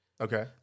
Okay